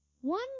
one